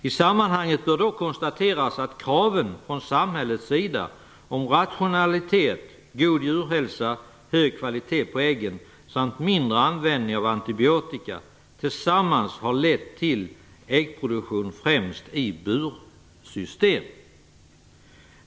I sammanhanget bör dock konstateras att kraven från samhällets sida om rationalitet, god djurhälsa, hög kvalitet på äggen samt mindre användning av antibiotika tillsammans har lett till äggproduktion främst i bursystem.